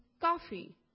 coffee